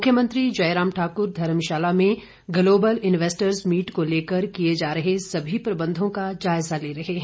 मुख्यमंत्री जयराम ठाकुर धर्मशाला में global investors meet को लेकर किए जा रहे सभी प्रबंधों का जायजा ले रहे हैं